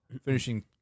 finishing